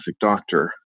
doctor